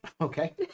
Okay